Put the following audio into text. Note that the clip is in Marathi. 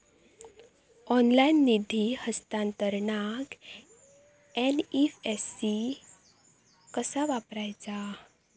ऑनलाइन निधी हस्तांतरणाक एन.ई.एफ.टी कसा वापरायचा?